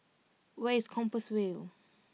where is Compassvale